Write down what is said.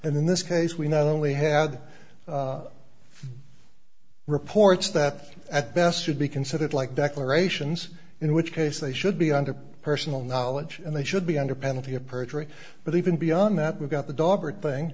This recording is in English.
and in this case we not only had reports that at best should be considered like declarations in which case they should be under personal knowledge and they should be under penalty of perjury but even beyond that we've got the d